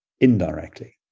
indirectly